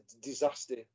disaster